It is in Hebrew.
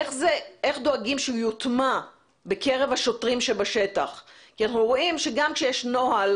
איך דואגים שהוא יוטמע בקרב השוטרים בשטח כי אנחנו רואים שגם כשיש נוהל,